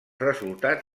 resultats